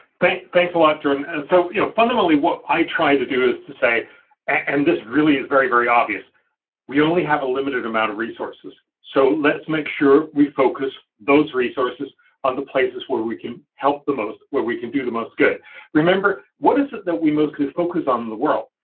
thanks thanks a lot jordan and so you know fundamentally, what i try to do is to say and this really is very very obvious we only have a limited amount of resources, so let's make sure we focus those resources on the places where we can help the most. where we can do the most good remember, what is it that we mostly focus on in the world?